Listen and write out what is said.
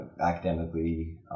academically